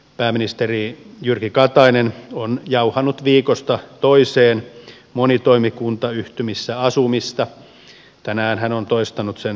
pääministeri jyrki katainen on jauhanut viikosta toiseen monitoimikuntayhtymissä asumista tänään hän on toistanut sen useasti